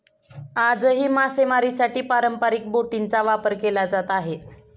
आजही मासेमारीसाठी पारंपरिक बोटींचा वापर केला जात आहे